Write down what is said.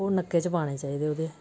ओह् नक्के च पाना चाहिदे ओह्दे